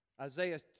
Isaiah